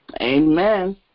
Amen